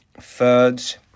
Thirds